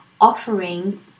offering